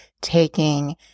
taking